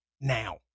now